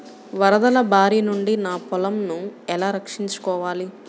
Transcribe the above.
వరదల భారి నుండి నా పొలంను ఎలా రక్షించుకోవాలి?